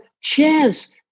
chance